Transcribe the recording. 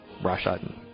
Russia